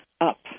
up